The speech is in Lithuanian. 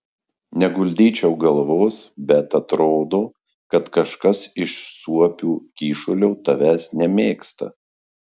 neguldyčiau galvos bet atrodo kažkas iš suopių kyšulio tavęs nemėgsta